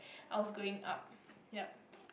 I was growing up yup